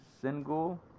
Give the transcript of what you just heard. Single